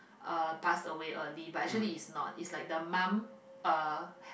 uh passed away early but actually is not is like the mum uh